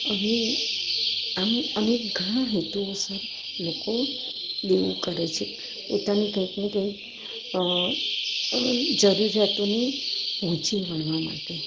હવે આમ અનેક ઘણા હેતુઓ સર લોકો દેવું કરે છે પોતાની કંઈકને કંઈક જરૂરિયાતોને પહોંચી વળવા માટે